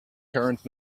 current